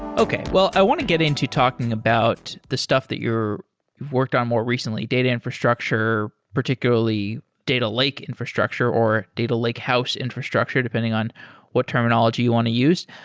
okay. well, i want to get into talking about the stuff that you've worked on more recently, data infrastructure, particularly data lake infrastructure or data lakehouse infrastructure, depending on what terminology you want to use.